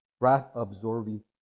wrath-absorbing